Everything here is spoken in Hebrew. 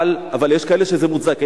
אבל יש כאלה שלגביהם זה מוצדק.